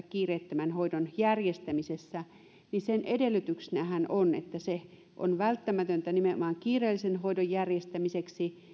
kiireettömän hoidon järjestämisessä niin sen edellytyksenähän on että se on välttämätöntä nimenomaan kiireellisen hoidon järjestämiseksi